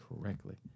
correctly